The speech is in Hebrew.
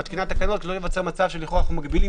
לא ייווצר מצב שלכאורה אנחנו מגבילים